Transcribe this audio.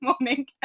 morning